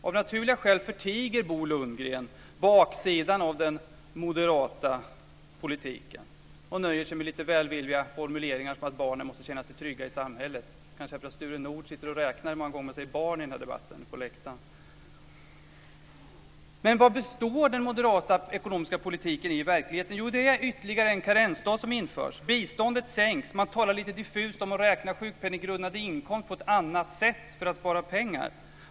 Av naturliga skäl förtiger Bo Lundgren baksidan av den moderata politiken och nöjer sig med lite välvilliga formuleringar om att barnen måste känna sig trygga i samhället, kanske därför att Sture Nordh sitter på läktaren och räknar hur många gånger som man säger barn i den här debatten. Men vad består den moderata ekonomiska politiken av i verkligheten? Jo, den består av att ytterligare en karensdag ska införas och att biståndet ska sänkas. Man talar lite diffust om att räkna sjukpenninggrundande inkomst på ett annat sätt för att spara pengar.